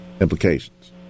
Implications